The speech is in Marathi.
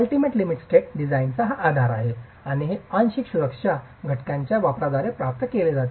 अलटीमेट लिमिट स्टेट डिझाइनचा हा आधार आहे आणि हे आंशिक सुरक्षा घटकांच्या वापराद्वारे प्राप्त केले जाते